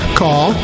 call